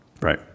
right